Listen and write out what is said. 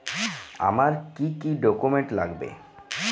আমার কি কি ডকুমেন্ট লাগবে?